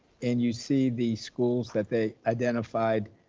and you see the schools that they identified.